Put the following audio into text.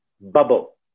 bubble